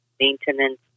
maintenance